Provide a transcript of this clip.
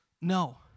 No